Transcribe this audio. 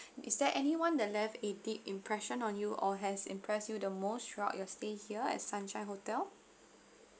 is there anyone that left a deep impression on you or has impressed you the most throughout your stay here at sunshine hotel